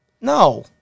No